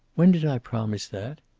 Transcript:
when did i promise that?